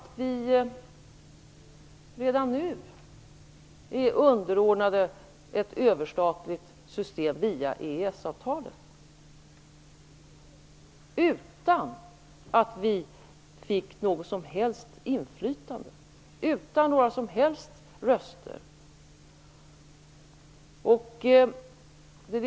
Men redan nu är vi underordnade ett överstatligt system via EES-avtalet, utan att vi har fått något som helst inflytande, utan några som helst röster.